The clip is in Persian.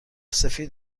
سفید